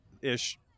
ish